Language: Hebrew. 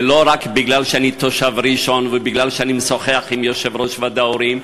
ולא רק מכיוון שאני תושב ראשון ואני משוחח עם יושב-ראש ועד ההורים,